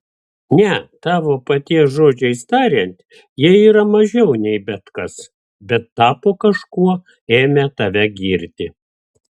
ne tavo paties žodžiais tariant jie yra mažiau nei bet kas bet tapo kažkuo ėmę tave girti